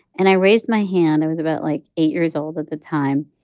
and i raised my hand. i was about, like, eight years old at the time.